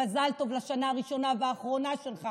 מזל טוב על השנה הראשונה והאחרונה שלך